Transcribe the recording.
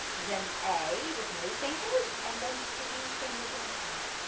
then a with no fingers, and then three fingers on a.